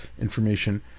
information